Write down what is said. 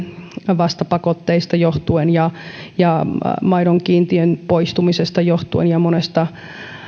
vastapakotteista johtuen ja ja maidon kiintiön poistumisesta johtuen ja monesta